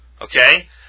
okay